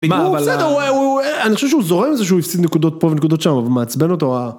הוא בסדר, אני חושב שהוא זורם עם זה שהוא הפסיד נקודות פה ונקודות שם, אבל מעצבן אותו